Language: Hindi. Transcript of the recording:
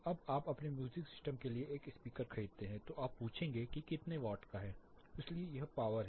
जब आप अपने म्यूजिक सिस्टम के लिए एक स्पीकर खरीदते हैं तो आप पूछेंगे कि कितने वाट का है इसलिए यह पावर है